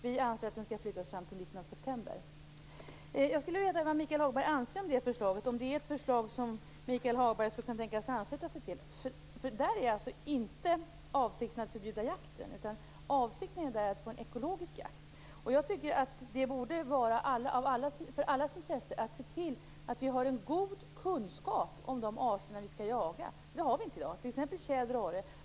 Vi anser att den skall flyttas fram till mitten av september. Vad anser Michael Hagberg om det förslaget? Är det ett förslag som han skulle kunna ansluta sig till? Avsikten är inte att förbjuda jakten, utan avsikten är att få en ekologisk jakt. Jag tycker att det borde vara i allas intresse att se till att vi har en god kunskap om de arter som vi skall jaga. Det har vi inte i dag, t.ex. beträffande tjäder och orre.